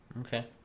Okay